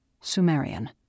Sumerian